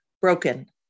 Broken